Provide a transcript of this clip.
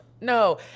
No